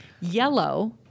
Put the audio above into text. Yellow